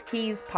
Keys